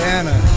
Anna